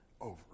over